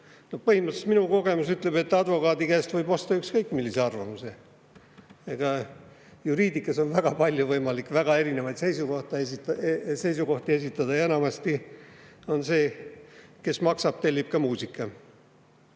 Põhimõtteliselt minu kogemus ütleb, et advokaadi käest võib osta ükskõik millise arvamuse. Juriidikas on väga palju võimalik, väga erinevaid seisukohti [võib] esitada, ja enamasti see, kes maksab, tellib ka muusika.